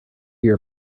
your